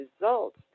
results